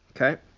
okay